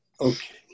Okay